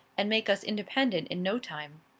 and make us independent in no time.